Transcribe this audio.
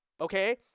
okay